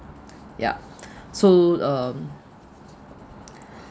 ya so um